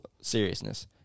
seriousness